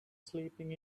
sleeping